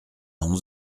onze